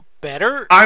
better